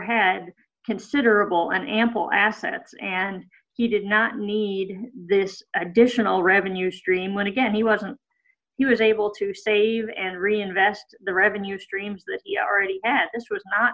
had considerable ample assets and he did not need this additional revenue stream when again he wasn't he was able to save and reinvest the revenue streams that already this was